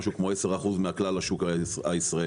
משהו כמו 10% מכלל השוק הישראלי.